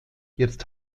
jetzt